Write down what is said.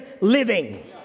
living